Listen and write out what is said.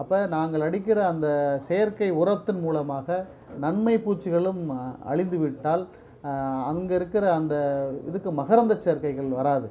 அப்போ நாங்கள் அடிக்கிற அந்த செயற்கை உரத்தின் மூலமாக நன்மை பூச்சிகளும் அ அழிந்து விட்டால் அங்கே இருக்கிற அந்த இதுக்கு மகரந்த செயற்கைகள் வராது